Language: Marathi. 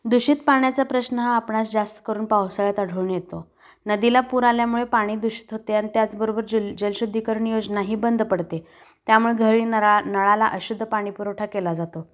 दूषित पाण्याचा प्रश्न हा आपणास जास्त करून पावसाळ्यात आढळून येतो नदीला पुर आल्यामुळे पाणी दूषित होते आणि त्याचबरोबर जल जलशुद्धीकरण योजना ही बंद पडते त्यामुळे घरी नळा नळाला अशुद्ध पाणी पुरवठा केला जातो